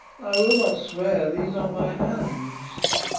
i will not swear these are my hands